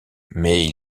mais